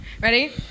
Ready